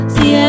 See